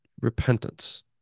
repentance